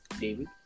David